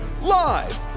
live